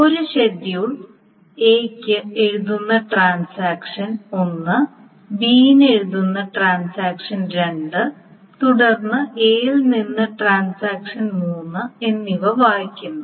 ഒരു schedule A യ്ക്ക് എഴുതുന്ന ട്രാൻസാക്ഷൻ 1 B ന് എഴുതുന്ന ട്രാൻസാക്ഷൻ 2 തുടർന്ന് A ൽ നിന്ന് ട്രാൻസാക്ഷൻ 3 എന്നിവ വായിക്കുന്നു